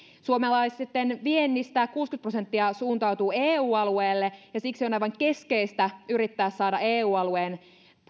suomalaisten viennistä kuusikymmentä prosenttia suuntautuu eu alueelle ja siksi on aivan keskeistä yrittää saada eu alueen